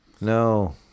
No